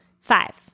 five